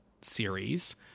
series